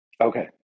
Okay